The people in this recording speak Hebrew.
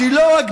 תזכרו את